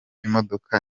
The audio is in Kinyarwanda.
imodoka